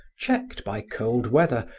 checked by cold weather,